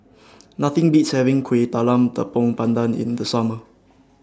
Nothing Beats having Kueh Talam Tepong Pandan in The Summer